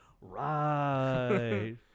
right